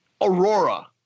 Aurora